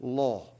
law